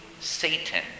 Satan